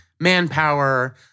manpower